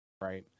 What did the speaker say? right